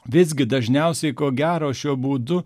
visgi dažniausiai ko gero šiuo būdu